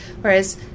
Whereas